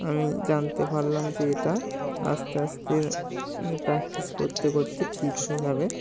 আমি জানতে পারলাম যে এটা আস্তে আস্তে মানে প্র্যাকটিস করতে করতে ঠিক হয়ে যাবে